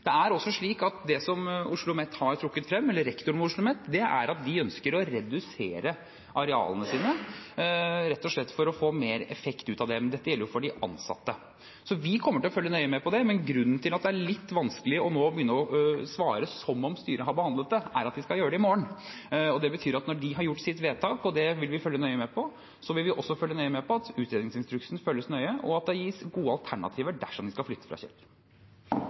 Det som rektor ved OsloMet har trukket frem, er at de ønsker å redusere arealene sine, rett og slett for å få mer effekt ut av dem. Dette gjelder for de ansatte. Vi kommer til å følge nøye med på det, men grunnen til at det er litt vanskelig nå å begynne å svare som om styret har behandlet det, er at de skal gjøre det i morgen. Det betyr at når de har gjort sitt vedtak – og det vil vi følge nøye med på – vil vi også følge nøye med på at utredningsinstruksen følges nøye, og at det gis gode alternativer dersom de skal flytte fra